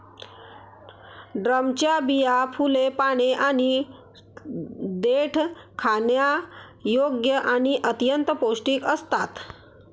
ड्रमच्या बिया, फुले, पाने आणि देठ खाण्यायोग्य आणि अत्यंत पौष्टिक असतात